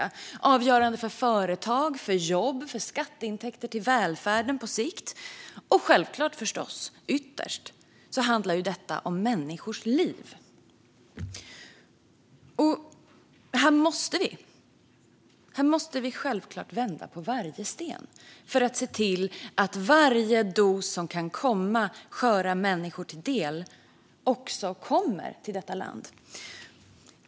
Den är avgörande för företag, för jobb och för skatteintäkter till välfärden på sikt. Och självklart handlar detta ytterst om människors liv. Här måste vi vända på varje sten för att se till att varje dos som kan komma sköra människor till del också kommer till detta land.